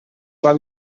pot